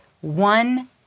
one